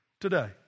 today